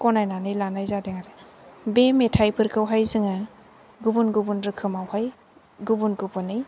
गनायनानै लानाय जादों आरो बे मेथाइफोरखौहाय जोङो गुबुन गुबुन रोखोमावहाय गुबुन गुबुनै